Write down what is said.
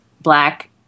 black